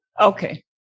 okay